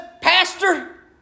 Pastor